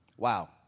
Wow